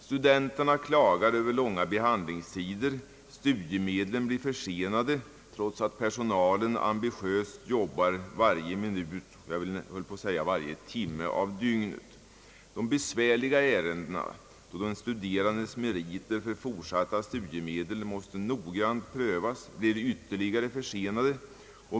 Studenterna klagar över långa behandlingstider, och studiemedlen blir försenade trots att personalen ambitiöst jobbar nästan hela dygnet. De besvärliga ärendena, då den studerandes meriter för fortsatta studiemedel måste noggrant prövas, blir ytterligare försenade.